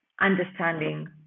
understanding